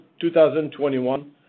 2021